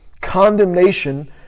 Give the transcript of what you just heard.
condemnation